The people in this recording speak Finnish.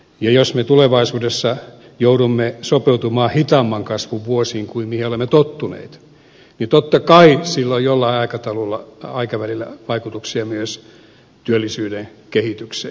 jos me tulevaisuudessa joudumme sopeutumaan hitaamman kasvun vuosiin kuin mihin olemme tottuneet niin totta kai sillä on jollain aikavälillä vaikutuksia myös työllisyyden kehitykseen